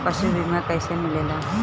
पशु बीमा कैसे मिलेला?